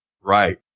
Right